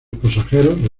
pasajeros